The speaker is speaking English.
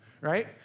right